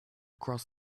across